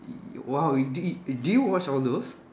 e~ !wow! did you did you watch all those